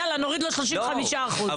יאללה נוריד לו 35%. לא,